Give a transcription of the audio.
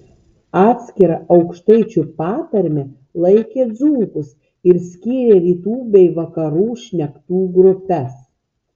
atskira aukštaičių patarme laikė dzūkus ir skyrė rytų bei vakarų šnektų grupes